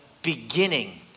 Beginning